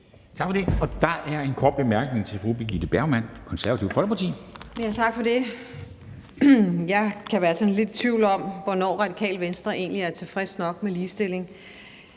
Tak for det. Og der er en kort bemærkning til fru Birgitte Bergman, Det Konservative Folkeparti. Kl. 10:58 Birgitte Bergman (KF): Tak for det. Jeg kan være sådan lidt i tvivl om, hvornår Radikale Venstre egentlig er tilfreds nok med ligestillingen.